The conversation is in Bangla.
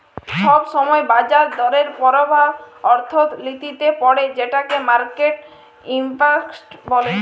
ছব ছময় বাজার দরের পরভাব অথ্থলিতিতে পড়ে যেটকে মার্কেট ইম্প্যাক্ট ব্যলে